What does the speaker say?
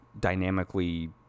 dynamically